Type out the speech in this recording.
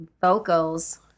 vocals